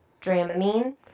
Dramamine